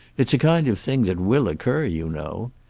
it's a kind of thing that will occur, you know.